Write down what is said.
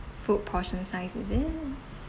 food portion size is it